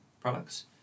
products